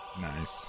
nice